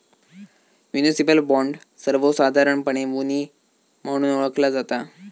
municipal bond, सर्वोसधारणपणे muni म्हणून ओळखला जाता